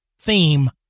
theme